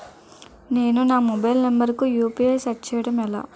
నేను నా mobile number కుయు.పి.ఐ ను సెట్ చేయడం ఎలా?